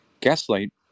Gaslight